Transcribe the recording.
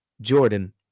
Jordan